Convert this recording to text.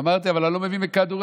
אמרתי: אבל אני לא מבין בכדורגל.